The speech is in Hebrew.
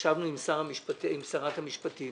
ישבנו עם שרת המשפטים